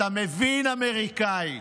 אתה מבין אמריקאית.